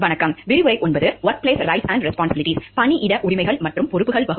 மீண்டும் வருக